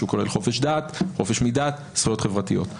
שהוא כולל חופש מדת וזכויות חברתיות.